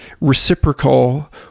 reciprocal